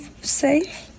safe